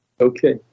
Okay